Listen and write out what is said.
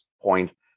point